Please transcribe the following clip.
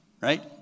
right